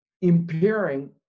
impairing